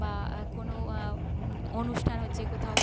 বা কোনো অনুষ্ঠান হচ্ছে কোথাও